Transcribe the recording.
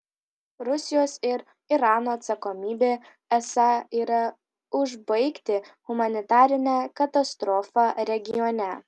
rusijos ir irano atsakomybė esą yra užbaigti humanitarinę katastrofą regione